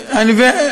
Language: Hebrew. מה המחיר,